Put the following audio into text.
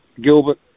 Gilbert